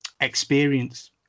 experience